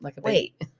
Wait